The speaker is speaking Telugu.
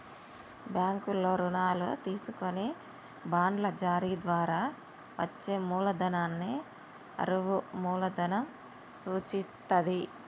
బ్యాంకుల్లో రుణాలు తీసుకొని బాండ్ల జారీ ద్వారా వచ్చే మూలధనాన్ని అరువు మూలధనం సూచిత్తది